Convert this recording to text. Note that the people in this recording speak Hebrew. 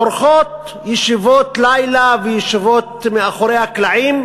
עורכות ישיבות לילה וישיבות מאחורי הקלעים,